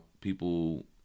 people